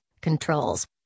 controls